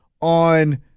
on